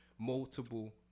multiple